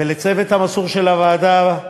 ולצוות המסור של הוועדה,